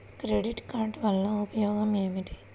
Credit card వల్ల ఉపయోగం ఏమిటీ?